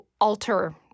alter